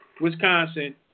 Wisconsin